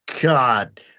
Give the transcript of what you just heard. God